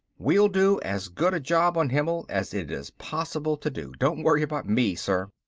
we'll do as good a job on himmel as it is possible to do. don't worry about me, sir.